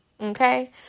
Okay